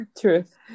truth